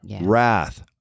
wrath